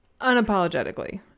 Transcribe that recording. Unapologetically